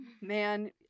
man